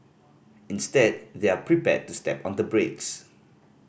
instead they're prepared to step on the brakes